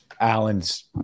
Allen's